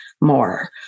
more